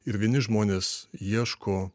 ir vieni žmonės ieško